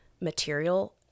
material